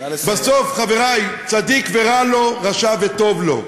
בסוף, חברי, צדיק ורע לו, רשע וטוב לו.